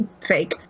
fake